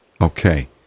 Okay